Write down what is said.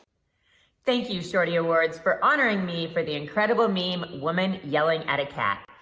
thank you, shorty awards, for honouring me for the incredible meme woman yelling at a cat.